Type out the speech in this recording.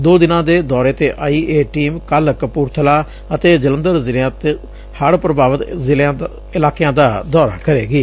ਦੋ ਦਿਨਾਂ ਦੇ ਦੌਰੇ ਤੇ ਆਈ ਇਹ ਟੀਮ ਕਲ ਕਪੁਰਥਲਾ ਅਤੇ ਜਲੰਧਰ ਜ਼ਿਲਿਆਂ ਚ ਹਤ ਪ੍ਰਭਾਵਿਤ ਜ਼ਿਲ੍ਸਿਆਂ ਦਾ ਦੌਰਾ ਕਰੇਗੀ